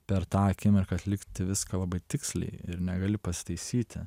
per tą akimirką atlikti viską labai tiksliai ir negali pasitaisyti